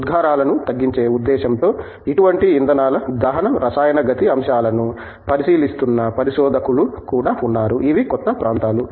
ఉద్గారాలను తగ్గించే ఉద్దేశ్యంతో ఇటువంటి ఇంధనాల దహన రసాయన గతి అంశాలను పరిశీలిస్తున్న పరిశోధకులు కూడా ఉన్నారు ఇవి కొత్త ప్రాంతాలు